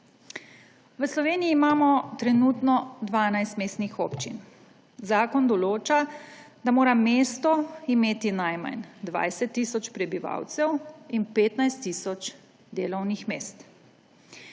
V Sloveniji imajo trenutno 12 mestnih občin. Zakon določa, da mora mesto imeti najmanj 20 tisoč prebivalcev in 15 tisoč delovnih mest.